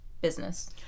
business